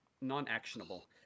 non-actionable